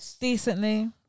decently